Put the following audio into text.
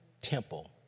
temple